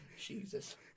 Jesus